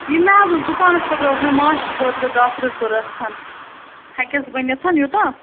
یہِ مےٚ حظ اوس دُکانَس خٲطرٕ اوس مےٚ مانٛچھ بٲتلہٕ دَہ ترٕٛہ ضروٗرت ہیٚکیٛاہ بٔنِتھ یوٗتاہ